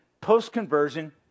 post-conversion